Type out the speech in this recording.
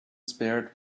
spared